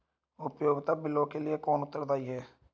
उपयोगिता बिलों के लिए कौन उत्तरदायी है?